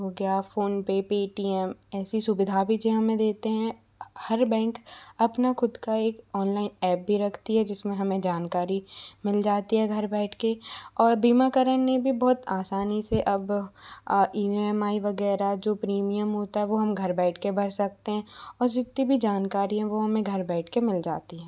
हो गया PhonePe Paytm ऐसी सुविधा भी ये हमें देते हैं हर बैंक अपना ख़ुद का एक ऑनलाइन ऐप भी रखता है जिसमें हमें जानकारी मिल जाती है घर बैठ के और बीमाकरण ने भी बहुत आसानी से अब ई एम आई वग़ैरह जो प्रीमियम होता है वो हम घर बैठ के भर सकते हैं और जितनी भी जानकारी हैं वो हमें घर बैठ के मिल जाती है